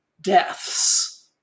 deaths